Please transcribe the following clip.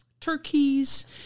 turkeys